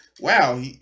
wow